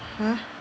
!huh!